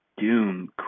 Doom